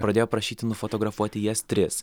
pradėjo prašyti nufotografuoti jas tris